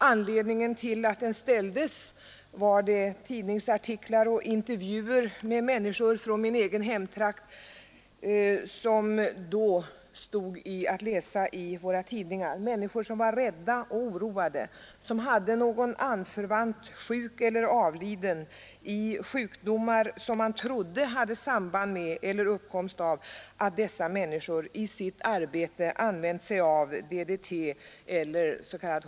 Anledningen till att den ställdes var de artiklar och intervjuer med människor från min egen hemtrakt som stått att läsa i våra tidningar, människor som var rädda och oroade, som hade någon anförvant sjuk uppkomst i att dessa människor i sitt arbete använt sig av DDT eller s.k.